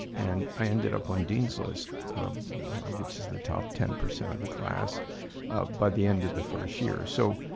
and i ended up on dean's list which is the top ten percent of the class by the end of the first year. so,